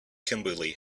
kimberly